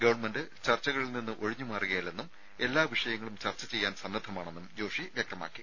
government ചർച്ചകളിൽ നിന്ന് ഒഴിഞ്ഞു മാറുകയല്ലെന്നും എല്ലാ വിഷയങ്ങളും ചർച്ച ചെയ്യാൻ സന്നദ്ധമാണെന്നും ജോഷി വ്യക്തമാക്കി